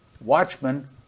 Watchmen